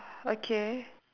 okay